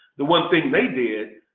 the one thing they did,